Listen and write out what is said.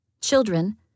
Children